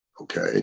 okay